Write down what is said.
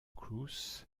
cruz